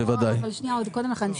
עוד קודם לכן,